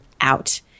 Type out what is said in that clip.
out